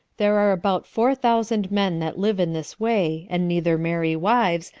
there are about four thousand men that live in this way, and neither marry wives,